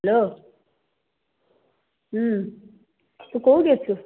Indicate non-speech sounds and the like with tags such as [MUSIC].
[UNINTELLIGIBLE] ତୁ କେଉଁଠି ଅଛୁ